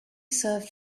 served